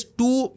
two